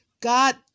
God